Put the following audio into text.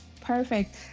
perfect